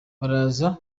baraza